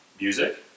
Music